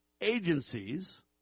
agencies